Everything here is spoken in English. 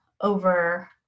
over